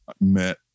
met